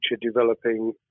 developing